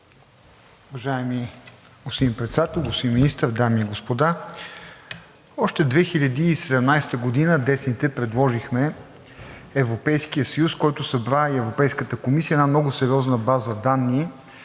Уважаеми господин Председател, господин Министър, дами и господа! Още 2017 г. десните предложихме Европейският съюз, който събра, и Европейската комисия, една много сериозна база данни,